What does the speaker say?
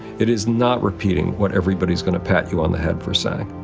it is not repeating what everybody is gonna pat you on the head for saying.